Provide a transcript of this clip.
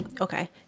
okay